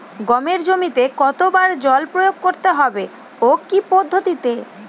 গমের জমিতে কতো বার জল প্রয়োগ করতে হবে ও কি পদ্ধতিতে?